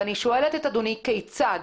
ואני שואלת את אדוני: כיצד?